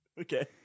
Okay